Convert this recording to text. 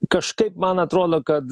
kažkaip man atrodo kad